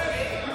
אתם.